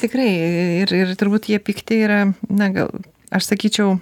tikrai ir ir turbūt jie pikti yra na gal aš sakyčiau